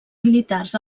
militars